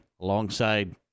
alongside